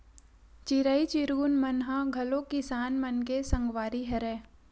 चिरई चिरगुन मन ह घलो किसान मन के संगवारी हरय